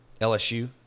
LSU